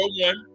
one